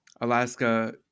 Alaska